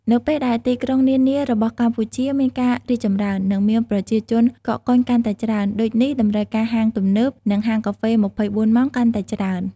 នៅពេលដែលទីក្រុងនានារបស់កម្ពុជាមានការរីកចម្រើន និងមានប្រជាជនកកកុញកាន់តែច្រើន ដូចនេះតម្រូវការហាងទំនើប និងហាងកាហ្វេ ២៤ម៉ោងកាន់តែច្រើន។